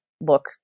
look